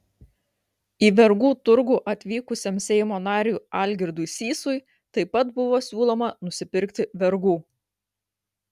į vergų turgų atvykusiam seimo nariui algirdui sysui taip pat buvo siūloma nusipirkti vergų